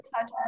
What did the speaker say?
touch